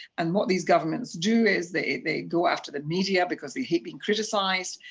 and what these governments do is they they go after the media, because they hate being criticised,